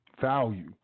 Value